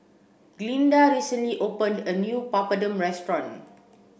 Glynda recently opened a new Papadum restaurant